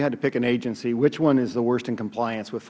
you had to pick an agency which is the worst in compliance with